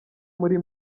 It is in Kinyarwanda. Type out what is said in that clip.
muri